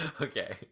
okay